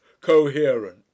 coherent